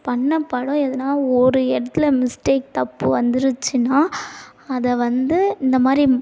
பண்ண படம் எதுனால் ஒரு இடத்துல மிஸ்டேக் தப்பு வந்துருச்சின்னால் அதைவந்து இந்தமாதிரி